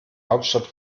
hauptstadt